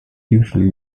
usually